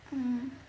mm